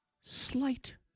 slight